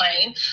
plane